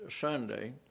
Sunday